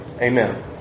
Amen